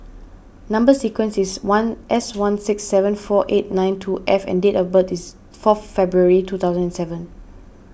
Number Sequence is one S one six seven four eight nine two F and date of birth is fourth February two thousand and seven